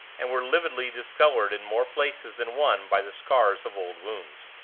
and were lividly discolored in more places than one by the scars of old wounds.